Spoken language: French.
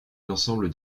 l’ensemble